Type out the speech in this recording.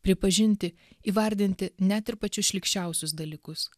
pripažinti įvardinti net ir pačius šlykščiausius dalykus